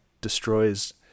destroys